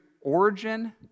origin